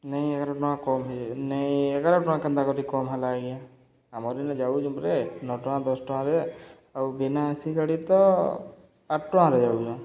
ନାଇଁ ଏଗାର ଟଙ୍କା କମ୍ ହେଇଯାଉଛେ ନାଇଁ ଏଗାର ଟଙ୍କା କେନ୍ତା କରି କମ୍ ହେଲା ଆଜ୍ଞା ଆମର୍ ଇନେ ଯାଉଚୁଁ ପରେ ନଅ ଟଙ୍କା ଦଶ୍ ଟଙ୍କାରେ ଆଉ ବିନା ଏ ସି ଗାଡ଼ି ତ ଆଠ୍ ଟଙ୍କାରେ ଯାଉଚନ୍